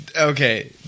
Okay